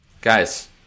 Guys